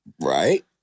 Right